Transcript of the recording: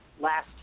last